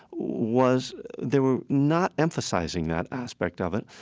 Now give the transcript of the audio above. was they were not emphasizing that aspect of it.